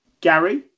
Gary